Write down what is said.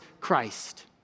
Christ